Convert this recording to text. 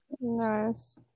Nice